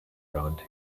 around